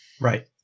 Right